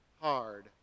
hard